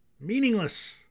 Meaningless